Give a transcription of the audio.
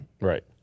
Right